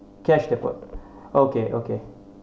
cash to put okay okay